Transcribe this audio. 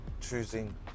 choosing